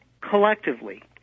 collectively